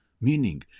Meaning